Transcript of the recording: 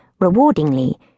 Rewardingly